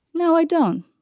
no, i don't.